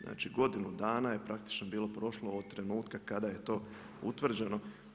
Znači godinu dana je praktično bilo prošlo od trenutka kada je to utvrđeno.